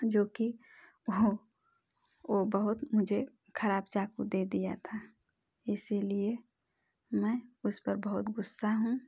जो कि वह वह बहुत मुझे ख़राब चाकू दे दिया था इसी लिए मैं उस पर बहुत ग़ुस्सा हूँ